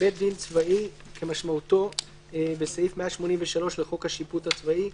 "בית דין צבאי" כמשמעותו בסעיף 183 לחוק השיפוט הצבאי,